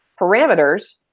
parameters